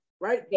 right